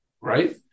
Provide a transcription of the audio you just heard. Right